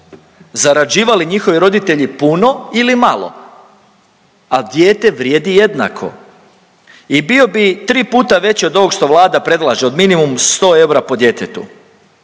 Zarađivali njihovi roditelji puno ili malo. Al dijete vrijedi jednako i bio bi tri puta veći od ovog što Vlada predlaže, od minimum 100 eura po djetetu